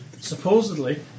supposedly